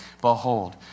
Behold